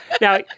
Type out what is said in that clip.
Now